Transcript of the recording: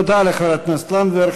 תודה לחברת הכנסת לנדבר.